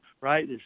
right